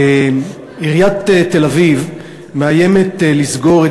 עיריית תל-אביב מאיימת לסגור את